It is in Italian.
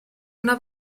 una